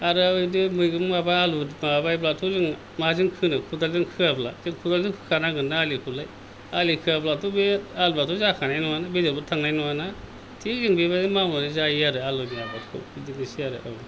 आरो बिदि मैगं आलु माबा माबायोब्लाथ' जोङो माजों खोनो खदालजों खोयाब्ला जों खदालजों खोखानांगोन ना आलिखौलाय आलि खोआब्लाथ' बे आलुवाथ' जाखानाय नङाना बेदरबो थांनाय नङाना थिग जों बेबादि मावनानै जायो आरो आलुनि आबादखौ बिदिनोसै आरो औ